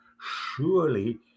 Surely